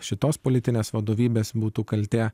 šitos politinės vadovybės būtų kaltė